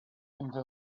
into